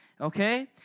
Okay